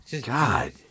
God